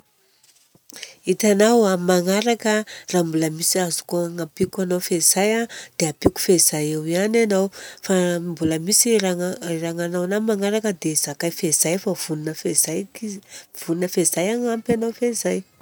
Itanao amin'ny magnaraka a, raha mbola misy azoko agnampiko anao fezay a, dia ampiko fezay eo ihany anao, fa mbola misy eragnanao anahy amin'ny magnaraka dia zakay fezay fa vognona fezay ty, fognona fezay agnampy anao fezay.